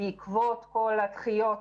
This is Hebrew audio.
בעקבות כל הדחיות,